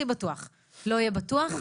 לא יהיה בטוח,